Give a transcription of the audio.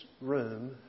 room